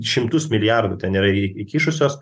šimtus milijardų ten yra į įkišusios